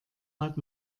hat